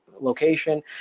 location